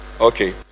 Okay